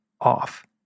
off